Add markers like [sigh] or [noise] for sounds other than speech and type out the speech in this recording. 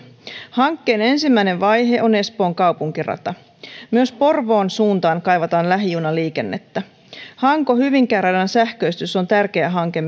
hankkeen ensimmäisen vaihe on espoon kaupunkirata myös porvoon suuntaan kaivataan lähijunaliikennettä hanko hyvinkää radan sähköistys on tärkeä hanke [unintelligible]